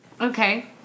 Okay